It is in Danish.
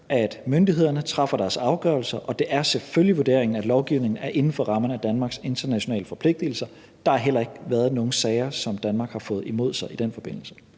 at myndighederne træffer deres afgørelse, og det er selvfølgelig vurderingen, at lovgivningen er inden for rammerne af Danmarks internationale forpligtelser. Der har heller ikke været nogen sager, som Danmark har fået imod sig i den forbindelse.